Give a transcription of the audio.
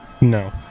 No